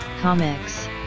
Comics